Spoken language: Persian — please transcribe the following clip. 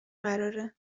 قراره